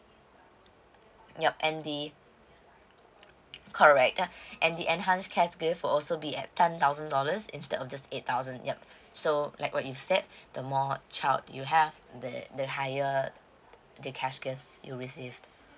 yup and the correct ah and the enhance cash gift will also be at ten thousand dollars instead of just eight thousand yup so like what you said the more child you have the the higher the cash gifts you recieved